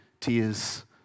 tears